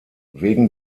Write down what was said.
wegen